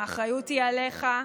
האחריות היא עליך.